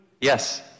Yes